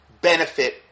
benefit